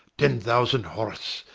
ten thousand horse,